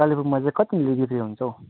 कालिम्पोङमा चाहिँ कतिमा बिक्री हुन्छ हौ